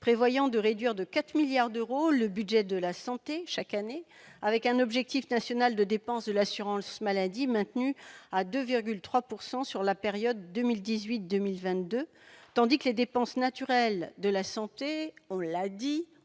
prévoyant de réduire de 4 milliards d'euros le budget de la santé chaque année, avec un objectif national de dépenses pour l'assurance maladie dont la progression est maintenue à 2,3 % sur la période 2018-2022, tandis que les dépenses naturelles de la santé- nous l'avons